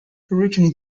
originally